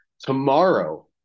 Tomorrow